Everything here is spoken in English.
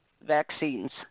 vaccines